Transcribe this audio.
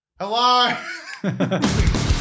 Hello